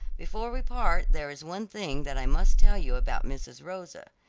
before we part there is one thing that i must tell you about mrs. rosa.